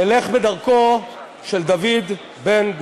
נלך בדרכו של דוד בן-גוריון.